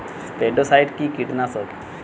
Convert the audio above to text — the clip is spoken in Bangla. স্পোডোসাইট কি কীটনাশক?